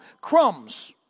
crumbs